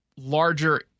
Larger